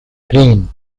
green